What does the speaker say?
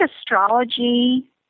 astrology